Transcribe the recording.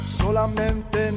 solamente